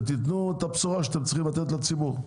ותתנו את הבשורה שאתם צריכים לתת לציבור.